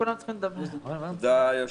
תודה, היושב-ראש.